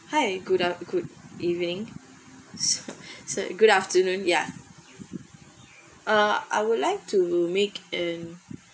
hi good after~ good evening s~ so~ good afternoon ya uh I would like to make an